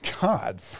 god